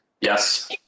Yes